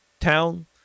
town